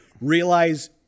realize